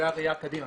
זו הראייה קדימה.